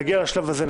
כשנגיע לשלב הזה,